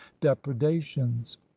depredations